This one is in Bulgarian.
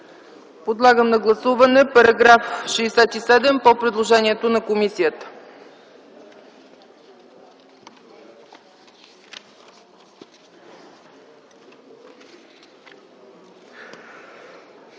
Подлагам на гласуване § 67 по предложението на комисията.